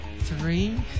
Three